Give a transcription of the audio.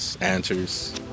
Answers